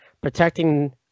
protecting